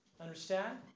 Understand